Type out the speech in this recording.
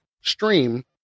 stream